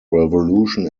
revolution